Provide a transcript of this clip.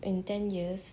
in ten years